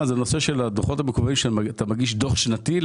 זה נושא של הדוחות המקוונים שאתה מגיש דוח שנתי.